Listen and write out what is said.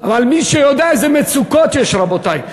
אבל מי שיודע איזה מצוקות יש, רבותי.